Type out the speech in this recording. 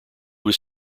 was